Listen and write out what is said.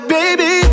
Baby